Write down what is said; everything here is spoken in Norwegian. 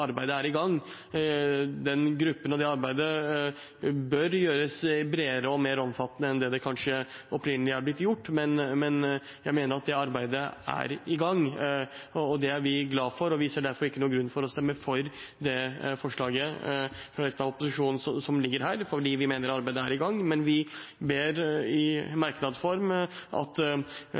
arbeidet er i gang. Gruppens arbeid bør gjøres bredere og mer omfattende enn det som kanskje opprinnelig har blitt gjort, men jeg mener at det arbeidet er i gang. Det er vi glad for, og vi ser derfor ikke noen grunn til å stemme for det forslaget fra resten av opposisjonen som ligger her, fordi vi mener arbeidet er i gang. Men vi ber i merknads form om at